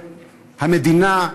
המדינה,